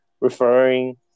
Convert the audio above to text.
referring